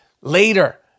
later